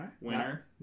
Winner